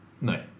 No